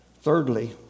Thirdly